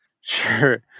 Sure